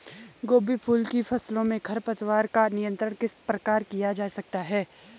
गोभी फूल की फसलों में खरपतवारों का नियंत्रण किस प्रकार किया जा सकता है?